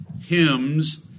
hymns